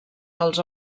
dels